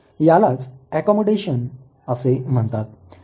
यालाच ऍकोमोडेशन असे म्हणतात